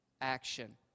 action